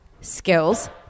skills